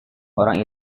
orang